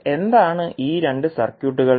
അപ്പോൾ എന്താണ് ഈ രണ്ട് സർക്യൂട്ടുകൾ